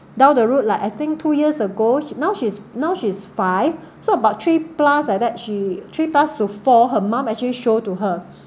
down the road like I think two years ago now she's now she's five so about three plus like that she three past to four her mum actually show it to her